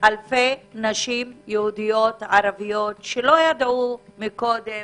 אלפי נשים יהודיות ערביות, שלא ידעו קודם